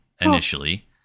initially